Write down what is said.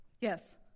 Yes